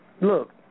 Look